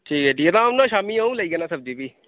ठीक ऐ ठीक ऐ तां औन्ना शामीं अ'ऊं लेई जन्ना सब्जी भी